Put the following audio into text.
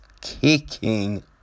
Kicking